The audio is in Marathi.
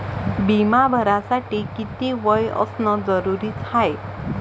बिमा भरासाठी किती वय असनं जरुरीच हाय?